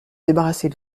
débarrasser